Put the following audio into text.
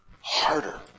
Harder